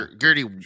Gertie